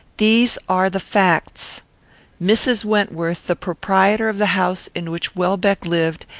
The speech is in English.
these are the facts mrs. wentworth, the proprietor of the house in which welbeck lived,